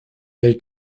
they